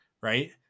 right